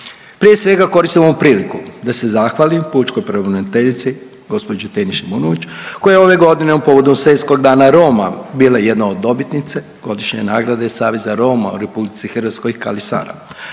Prije svega, koristim ovu priliku da se zahvalim pučkoj pravobraniteljici gđi Temi Šimonović koja je ove godine u povodu Svjetskog dana Roma bila jedna od dobitnice godišnje nagrade Saveza Roma u RH Kali Sara.